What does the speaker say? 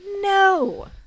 No